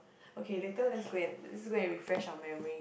okay later let's go and let's go and refresh out memory